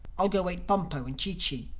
i'll go wake bumpo and chee-chee.